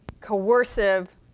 coercive